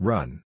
Run